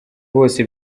bose